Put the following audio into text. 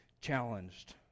challenged